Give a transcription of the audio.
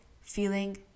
feeling